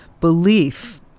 belief